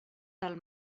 del